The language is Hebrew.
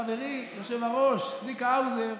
חברי היושב-ראש צביקה האוזר,